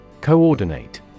Coordinate